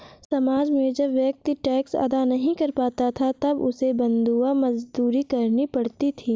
समाज में जब व्यक्ति टैक्स अदा नहीं कर पाता था तब उसे बंधुआ मजदूरी करनी पड़ती थी